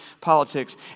politics